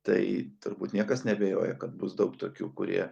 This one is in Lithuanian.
tai turbūt niekas neabejoja kad bus daug tokių kurie